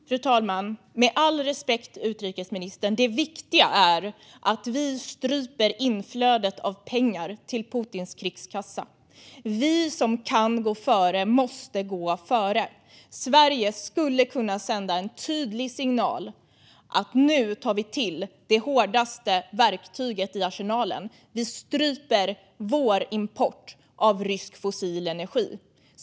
Fru talman! Med all respekt, utrikesministern: Det viktiga är att vi stryper inflödet av pengar till Putins krigskassa. Vi som kan gå före måste gå före. Sverige skulle kunna sända en tydlig signal om att vi nu tar till det hårdaste verktyget i arsenalen: Vi stryper vår import av rysk fossil energi.